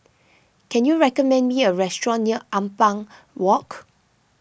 can you recommend me a restaurant near Ampang Walk